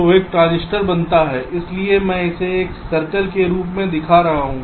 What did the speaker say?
तो एक ट्रांजिस्टर बनता है इसलिए मैं इसे एक सर्कल के रूप में दिखा रहा हूं